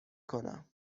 کنم